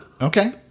Okay